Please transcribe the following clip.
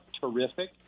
terrific